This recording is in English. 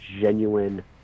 genuine